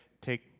take